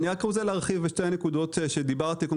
אני רוצה להרחיב בשתי הנקודות שדיברתי עליהן.